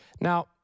Now